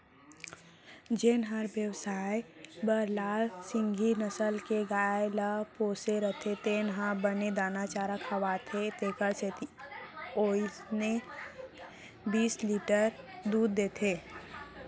जेन हर बेवसाय बर लाल सिंघी नसल के गाय ल पोसे रथे तेन ह बने दाना चारा खवाथे तेकर सेती ओन्नाइस बीस लीटर दूद देथे